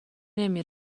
نمی